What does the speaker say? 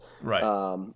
right